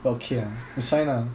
okay ah it's fine ah